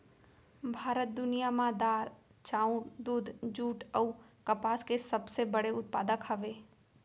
भारत दुनिया मा दार, चाउर, दूध, जुट अऊ कपास के सबसे बड़े उत्पादक हवे